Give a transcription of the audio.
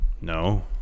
No